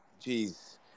Jeez